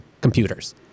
computers